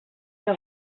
que